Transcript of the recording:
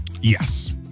Yes